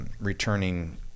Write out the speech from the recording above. returning